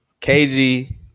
KG